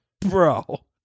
bro